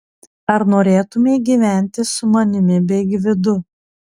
ar norėtumei gyventi su manimi bei gvidu